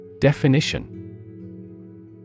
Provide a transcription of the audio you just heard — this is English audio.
Definition